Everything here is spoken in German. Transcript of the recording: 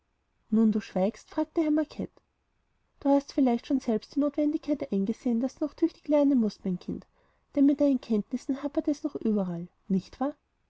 nun du schweigst fragte herr macket du hast vielleicht selbst schon die notwendigkeit eingesehen daß du noch tüchtig lernen mußt mein kind denn mit deinen kenntnissen hapert es noch überall nicht wahr